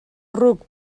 ruc